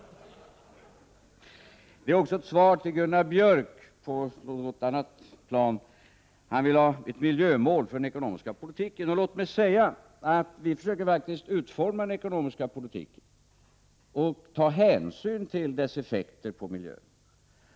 Det är även ett svar till Gunnar Björk på ett annat plan. Han vill nämligen ha ett miljömål för den ekonomiska politiken. Låt mig säga att vi verkligen har utformat den ekonomiska politiken så att vi tagit hänsyn till dess effekter på miljön.